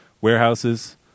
warehouses